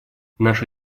наша